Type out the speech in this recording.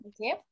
okay